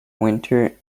winter